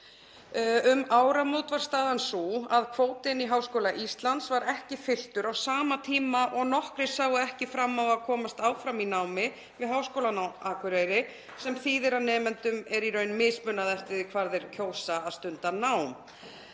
Um áramót var staðan sú að kvótinn í Háskóla Íslands var ekki fylltur á sama tíma og nokkrir sáu ekki fram á að komast áfram í námi við Háskólann á Akureyri sem þýðir að nemendum er í raun mismunað eftir því hvar þeir kjósa að stunda nám.